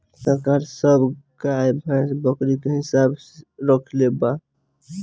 सरकार सब गाय, भैंस, बकरी के हिसाब रक्खले बा